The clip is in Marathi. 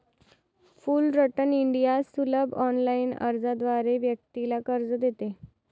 फुलरटन इंडिया सुलभ ऑनलाइन अर्जाद्वारे व्यक्तीला कर्ज देते